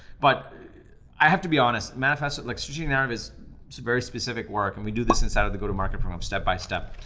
but i have to be honest, manifesto. like strategic narrative is very specific work, and we do this inside of the go-to-market program step-by-step,